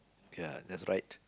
ya that's right